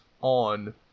on